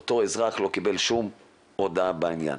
ואותו אזרח לא קיבל שום הודעה בעניין?